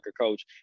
coach